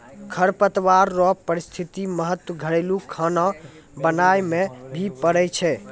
खरपतवार रो पारिस्थितिक महत्व घरेलू खाना बनाय मे भी पड़ै छै